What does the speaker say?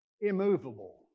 immovable